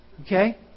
Okay